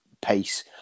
pace